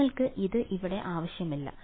നിങ്ങൾക്ക് ഇത് ഇവിടെ ആവശ്യമില്ല